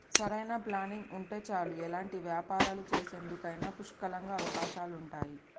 సరైన ప్లానింగ్ ఉంటే చాలు ఎలాంటి వ్యాపారాలు చేసేందుకైనా పుష్కలంగా అవకాశాలుంటయ్యి